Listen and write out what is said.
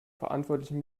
verantwortlichen